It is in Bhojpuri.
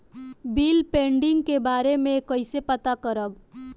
बिल पेंडींग के बारे में कईसे पता करब?